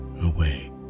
away